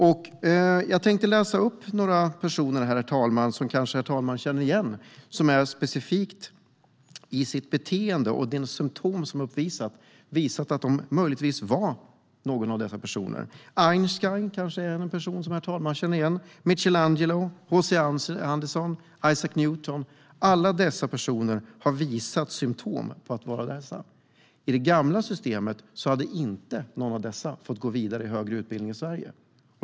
Jag ska läsa upp namnen på några personer som herr talmannen kanske känner igen vars beteende och symtom visar att de kanske hade någon av dessa diagnoser: Einstein, Michelangelo, H.C. Andersen och Isaac Newton. I det gamla systemet hade ingen av dessa fått gå vidare till högre utbildning.